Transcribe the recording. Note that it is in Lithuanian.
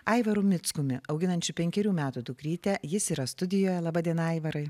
aivaru mickumi auginančių penkerių metų dukrytę jis yra studijoje laba diena aivarai